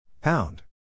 Pound